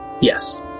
Yes